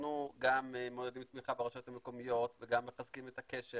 אנחנו גם מעודדים תמיכה ברשויות המקומיות וגם מחזקים את הקשר